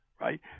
right